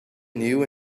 new